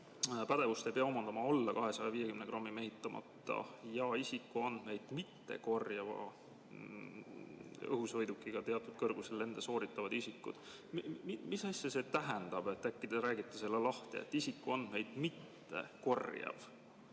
pädevust ei pea omandama alla 250 g mehitamata ja isikuandmeid mitte korjava õhusõidukiga teatud kõrgusel lende sooritavad isikud." Mis asja see tähendab? Äkki te räägite selle lahti? Isikuandmeid mitte korjav